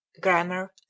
grammar